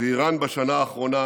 ואיראן דוהרת לשם בשנה האחרונה.